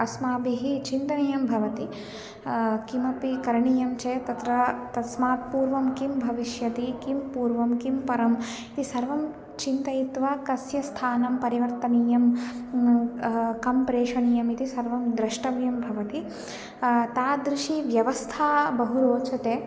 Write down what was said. अस्माभिः चिन्तनीयं भवति किमपि करणीयं चेत् तत्र तस्मात् पूर्वं किं भविष्यति किं पूर्वं किं परम् इति सर्वं चिन्तयित्वा कस्य स्थानं परिवर्तनीयं कं प्रेषणीयमिति सर्वं द्रष्टव्यं भवति तादृशी व्यवस्था बहु रोचते